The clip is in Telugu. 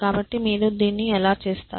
కాబట్టి మీరు దీన్ని ఎలా చేస్తారు